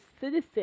citizen